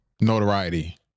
notoriety